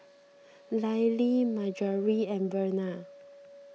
Lyle Marjory and Verna